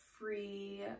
free